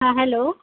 hello